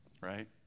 right